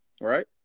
Right